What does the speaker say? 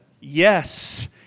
yes